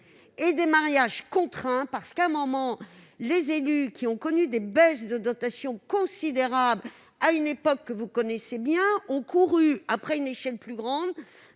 moi des mariages forcés ou contraints. Des élus qui ont connu des baisses de dotations considérables à une époque que vous connaissez bien ont couru après une échelle plus grande